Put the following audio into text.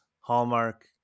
hallmark